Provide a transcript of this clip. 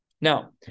Now